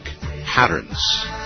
patterns